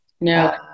no